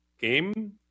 game